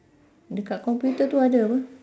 dekat computer tu ada apa